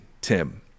Tim